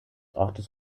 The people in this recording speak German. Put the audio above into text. ortes